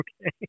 okay